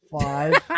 five